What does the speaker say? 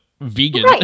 vegan